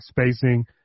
spacing